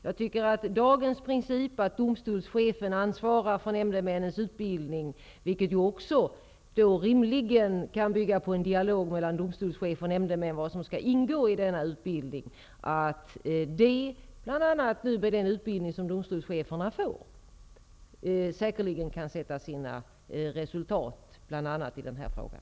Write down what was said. Dagens princip att chefen för domstolen ansvarar för nämndemännens utbildning kan säkerligen komma att visa resultat i bl.a. den här frågan. Rimligen är det så, att den utbildning som nu ges är ett resultat av en dialog mellan chefen för domstolen och nämndemännen om vad som skall ingå i utbildningen.